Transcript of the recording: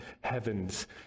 heaven's